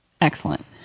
Excellent